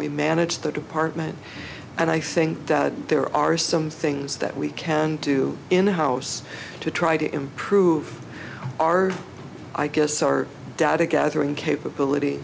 we manage that department and i think that there are some things that we can do in house to try to improve our i guess our data gathering capability